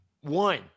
One